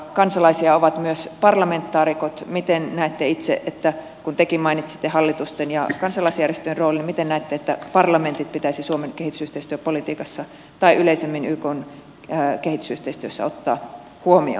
kansalaisia ovat myös parlamentaarikot ja kun tekin mainitsitte hallitusten ja kansalaisjärjestöjen roolin miten näette itse että parlamentit pitäisi suomen kehitysyhteistyöpolitiikassa tai yleisemmin ykn kehitysyhteistyössä ottaa huomioon